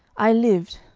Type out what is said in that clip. i lived,